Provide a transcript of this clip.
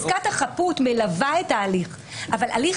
חזקת החפות מלווה את ההליך אבל הליך